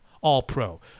All-Pro